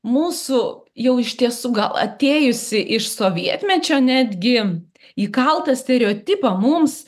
mūsų jau iš tiesų gal atėjusį iš sovietmečio netgi įkaltą stereotipą mums